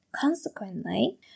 Consequently